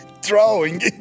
drawing